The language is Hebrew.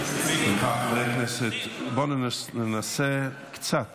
סליחה, חברי הכנסת, בוא ננסה קצת